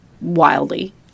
wildly